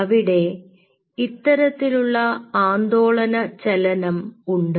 അവിടെ ഇത്തരത്തിലുള്ള ആന്ദോളന ചലനം ഉണ്ട്